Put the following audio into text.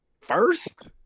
first